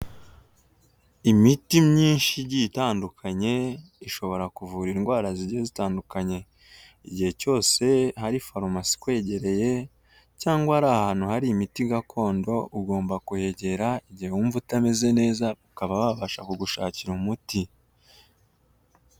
Imiti myinshi igiye itandukanye ishobora kuvura indwara zigiye zitandukanye, igihe cyose hari farumasi ikwegereye cyangwa hari ahantu hari imiti gakondo ugomba kuyegera igihe wumva utameze neza ukaba wabasha kugushakira umuti.